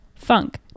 Funk